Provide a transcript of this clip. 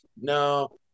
no